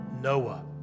Noah